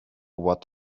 what